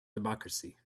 democracy